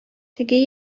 теге